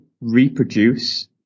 reproduce